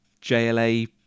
JLA